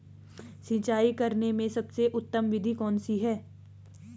सिंचाई करने में सबसे उत्तम विधि कौन सी है?